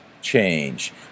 change